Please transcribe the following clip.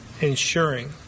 ensuring